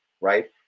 right